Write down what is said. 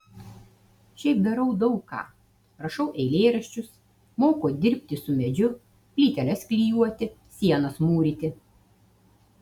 šiaip darau daug ką rašau eilėraščius moku dirbti su medžiu plyteles klijuoti sienas mūryti